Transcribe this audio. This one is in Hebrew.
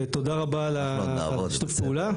ותודה רבה על שיתוף הפעולה.